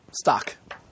stock